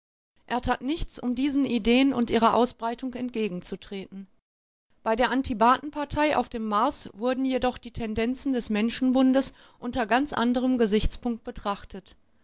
er tat nichts um diesen ideen und ihrer ausbreitung entgegenzutreten bei der antibatenpartei auf dem mars wurden jedoch die tendenzen des menschenbundes unter ganz anderem gesichtspunkt betrachtet